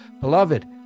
Beloved